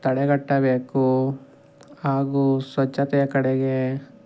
ತಡೆಗಟ್ಟಬೇಕು ಹಾಗೂ ಸ್ವಚ್ಛತೆಯ ಕಡೆಗೆ